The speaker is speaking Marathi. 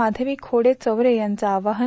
माथवी खोडे चवरे यांचा आवाहन